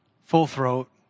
full-throat